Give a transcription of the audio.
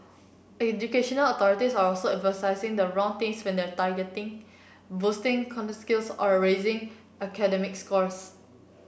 educational authorities are also emphasising the wrong things when they target boosting skills or raising academic scores